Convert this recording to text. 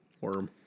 Worm